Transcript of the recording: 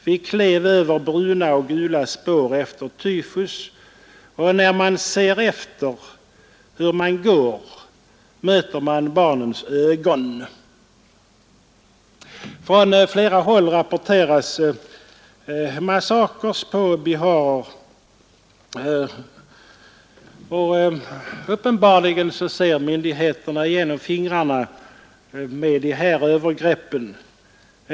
Vi klev över bruna och gula spår efter tyfus, och när man ser efter hur man går möter man barnens ögon.” Från flera håll rapporteras massakrer på biharer, och uppenbarligen ser myndigheterna genom fingrarna med dessa övergrepp.